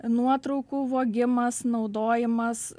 nuotraukų vogimas naudojimas